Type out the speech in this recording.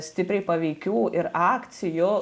stipriai paveikių ir akcijų